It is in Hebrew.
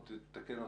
נמרוד, תתקן אותי,